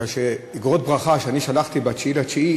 מכיוון שאיגרות ברכה ששלחתי ב-9 בספטמבר,